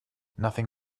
nothing